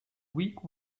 week